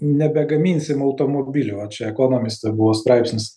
nebegaminsim automobilių va čia ekonomiste buvo straipsnis